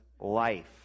life